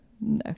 no